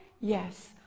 Yes